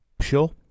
Sure